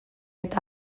eta